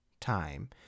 time